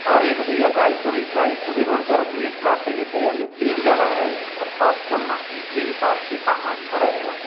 और भैया एक गायखूरी गायखूरी रोड तरफ भी एक प्लॉट चाहिए था यानी तीन जगह हैं शॉप खोलना हैं उसके हिसाब से कहाँ अच्छा रहेगा